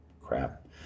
crap